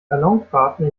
ballonfahrten